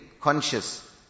conscious